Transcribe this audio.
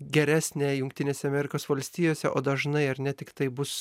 geresnė jungtinėse amerikos valstijose o dažnai ar ne tiktai bus